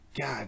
God